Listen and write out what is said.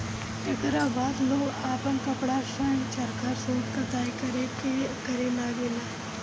एकरा बाद लोग आपन कपड़ा स्वयं चरखा सूत कताई करे लगले